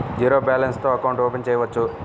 Zero balance తో account open చేయవచ్చు?